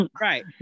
Right